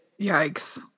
yikes